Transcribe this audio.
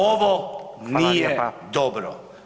Ovo nije dobro.